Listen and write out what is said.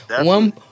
One